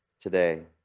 today